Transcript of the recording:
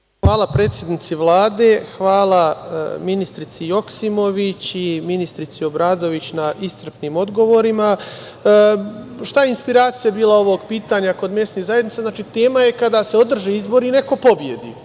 Hvala predsednici Vlade, hvala ministrici Joksimović i ministrici Obradović na iscrpnim odgovorima. Šta je inspiracija bila ovog pitanja kod mesnih zajednica? Znači, tema je kada se održe izbori i neko pobedi.